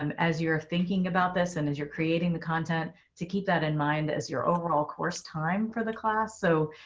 um as you're thinking about this and as you're creating the content to keep that in mind as your overall course, time for the class. so,